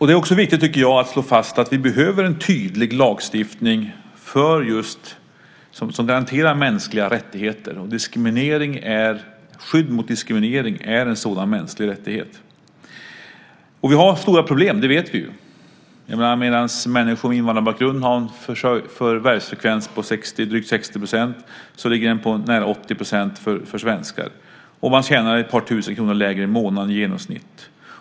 Det är också viktigt, tycker jag, att slå fast att vi behöver en tydlig lagstiftning som garanterar mänskliga rättigheter. Skydd mot diskriminering är en sådan mänsklig rättighet. Vi har stora problem. Det vet vi. Medan människor med invandrarbakgrund har en förvärvsfrekvens på drygt 60 % ligger den på nära 80 % för svenskar, och man tjänar ett par tusen kronor lägre i månaden i genomsnitt.